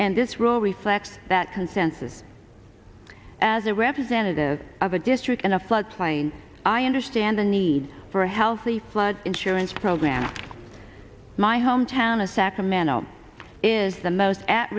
and this rule reflects that consensus as a representative of a district in a flood plain i understand the need for a healthy flood insurance program my home town of sacramento is the most at